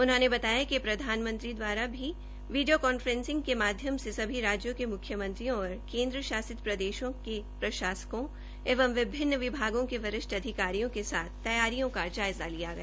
उन्होंने बताया कि प्रधानमंत्री द्वारा भी वीडियो कांफ्रेस के माध्यम से सभी राज्यों के मुख्यमंत्रियों और केन्द्र शासित प्रदेशों के प्रशासकों एंव विभिन्न विभागों के वरिष्ठ अधिकारियों के साथ तैयारियों का जायज़ा लिया गया